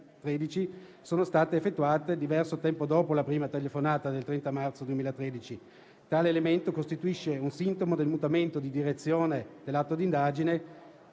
sono state effettuate diverso tempo dopo la prima telefonata del 30 marzo 2013. Tale elemento costituisce un sintomo del mutamento di direzione dell'atto di indagine,